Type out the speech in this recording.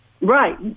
Right